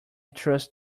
trust